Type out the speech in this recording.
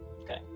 Okay